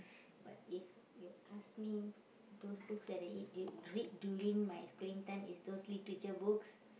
but if you ask me those books when I eat du~ read during my spare time is those literature books